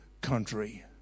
country